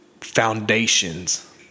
foundations